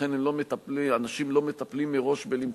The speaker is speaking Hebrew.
לכן אנשים לא מטפלים מראש במחיקה,